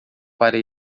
para